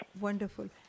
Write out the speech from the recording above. Wonderful